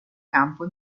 campo